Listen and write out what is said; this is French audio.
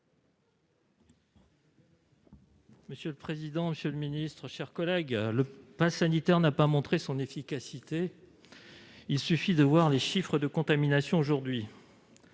Monsieur le président, monsieur le ministre, chers collègues, le passe sanitaire n'a pas montré son efficacité. Il suffit de constater les chiffres de contamination aujourd'hui.